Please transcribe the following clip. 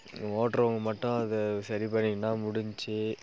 ஓட்டுறவங்க மட்டும் அதை சரி பண்ணிட்டால் முடிஞ்சு